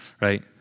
Right